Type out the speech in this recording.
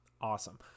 Awesome